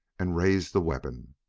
and raised the weapon.